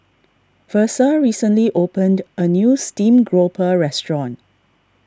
Versa recently opened a new Steamed Grouper restaurant